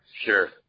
Sure